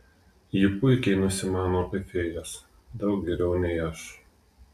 ji puikiai nusimano apie fėjas daug geriau nei aš